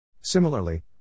Similarly